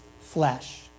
flesh